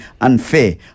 unfair